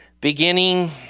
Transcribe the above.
beginning